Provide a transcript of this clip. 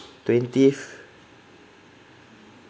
twentieth